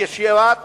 ישיבת